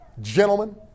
Gentlemen